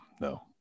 no